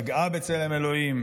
פגעה בצלם אלוהים,